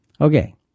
Okay